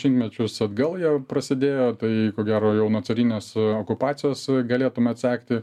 šimtmečius atgal jie prasidėjo tai ko gero jau nuo carinės okupacijos galėtume atsekti